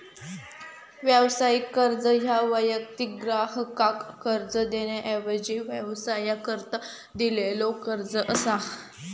व्यावसायिक कर्ज ह्या वैयक्तिक ग्राहकाक कर्ज देण्याऐवजी व्यवसायाकरता दिलेलो कर्ज असा